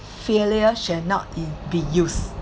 failure shall not be be used